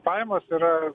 pajamos yra